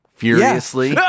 furiously